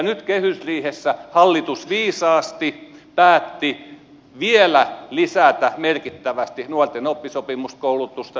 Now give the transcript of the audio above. nyt kehysriihessä hallitus viisaasti päätti vielä lisätä merkittävästi nuorten oppisopimuskoulutusta